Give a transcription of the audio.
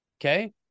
Okay